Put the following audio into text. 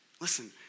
Listen